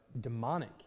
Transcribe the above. demonic